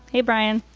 hey, brian.